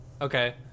okay